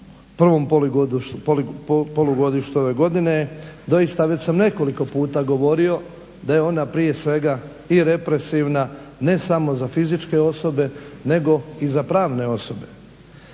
prvom polugodištu ove godine, doista već sam nekoliko puta govorio da je ona prije svega i represivna, ne samo za fizičke osobe nego i za pravne osobe.